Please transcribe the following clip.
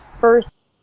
first